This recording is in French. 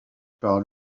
par